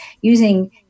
using